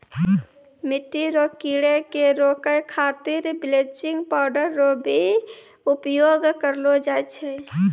मिट्टी रो कीड़े के रोकै खातीर बिलेचिंग पाउडर रो भी उपयोग करलो जाय छै